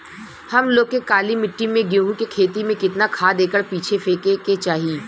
हम लोग के काली मिट्टी में गेहूँ के खेती में कितना खाद एकड़ पीछे फेके के चाही?